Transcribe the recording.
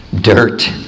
dirt